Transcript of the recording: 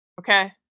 okay